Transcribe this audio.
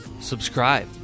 subscribe